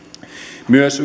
myös